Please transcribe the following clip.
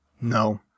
No